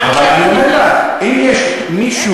אבל אני אומר לך: אם יש מישהו,